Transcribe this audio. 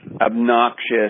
obnoxious